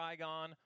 trigon